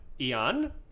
Eon